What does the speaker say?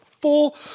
Full